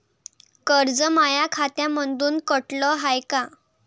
कर्ज माया खात्यामंधून कटलं हाय का?